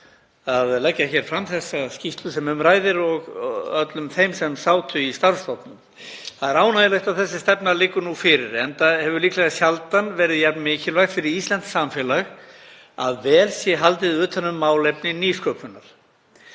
að leggja fram þá skýrslu sem um ræðir og öllum þeim sem sátu í starfshópnum. Það er ánægjulegt að þessi stefna liggi nú fyrir enda hefur líklega sjaldan verið jafn mikilvægt fyrir íslenskt samfélag að vel sé haldið utan um málefni nýsköpunar.